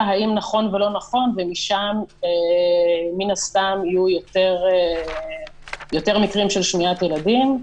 האם נכון ולא נכון ומשם מן הסתם יהיו יותר מקרים של שמיעת ילדים.